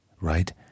right